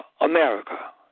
America